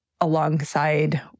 alongside